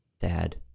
sad